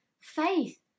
faith